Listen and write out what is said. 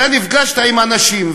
אתה נפגשת עם אנשים,